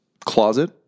closet